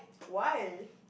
why